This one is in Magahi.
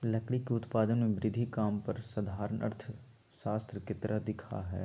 लकड़ी के उत्पादन में वृद्धि काम पर साधारण अर्थशास्त्र के तरह दिखा हइ